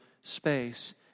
space